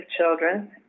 children